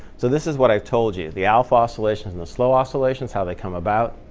so this is what i've told you, the alpha oscillations and the slow oscillations, how they come about.